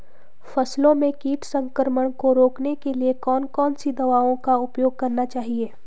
फसलों में कीट संक्रमण को रोकने के लिए कौन कौन सी दवाओं का उपयोग करना चाहिए?